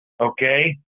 Okay